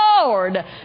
Lord